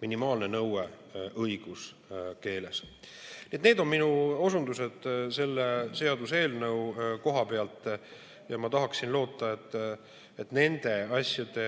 minimaalne nõue. Need on minu osundused selle seaduseelnõu koha pealt. Ma tahaksin loota, et nende asjade